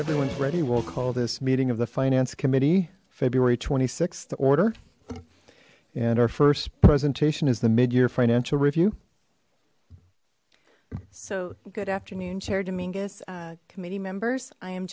everyone's ready we'll call this meeting of the finance committee february twenty six to order and our first presentation is the mid year financial review so good afternoon chair dominguez committee members i am